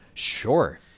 Sure